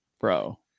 bro